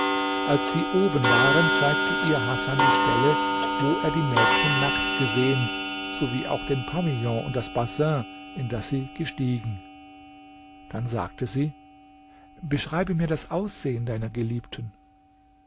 als sie oben waren zeigte ihr hasan die stelle wo er die mädchen nackt gesehen sowie auch den pavillon und das bassin in das sie gestiegen dann sagte sie beschreibe mir das aussehen deiner geliebten